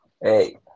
Hey